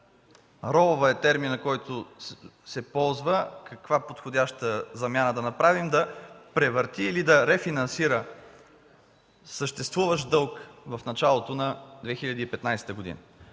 „ролва” е терминът, който се ползва. Каква подходяща замяна да направим?! ... Да превърти или да рефинансира съществуващ дълг в началото на 2015 г.